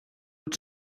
tots